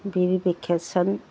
verification